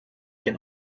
can